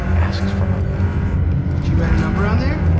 asked for my she ran a number on there.